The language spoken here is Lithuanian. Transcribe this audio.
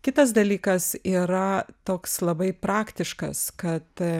kitas dalykas yra toks labai praktiškas kad